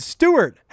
Stewart